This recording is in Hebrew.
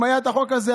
אם היה החוק הזה,